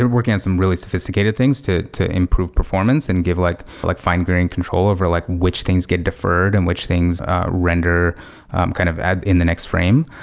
and working on some really sophisticated things to to improve performance and give like like fine-grained control over like which things get deferred and which things render kind of in the next frame.